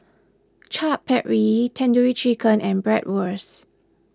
Chaat Papri Tandoori Chicken and Bratwurst